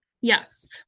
Yes